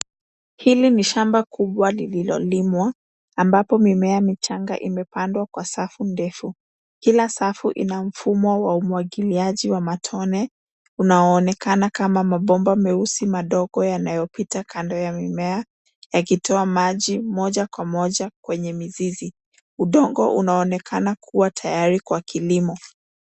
Hili ni shamba kubwa lililolimwa, ambapo mimea michanga imepandwa kwa safu ndefu. Kila safu ina mfumo wa umwangiliaji wa matone, unaonekana kama mabomba meusi madogo yanayopita kando ya mimea yakitoa maji moja kwa moja kwenye mizizi. Udongo unaonekana kuwa tayari kwa kilimo.